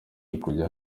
ukujya